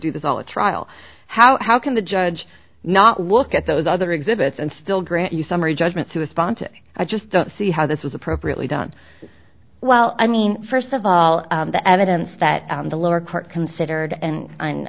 do this all the trial how how can the judge not look at those other exhibits and still grant you summary judgment to respond to i just don't see how this is appropriately done well i mean first of all the evidence that the lower court considered and on